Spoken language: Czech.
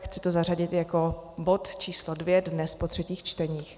Chci to zařadit jako bod číslo dvě dnes po třetích čteních.